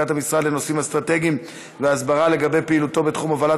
אין נמנעים, הצעת החוק תועבר להמשך דיון בוועדת